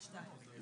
הישיבה